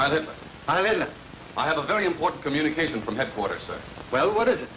that i have a very important communication from headquarters well what is